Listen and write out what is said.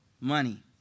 money